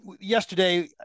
yesterday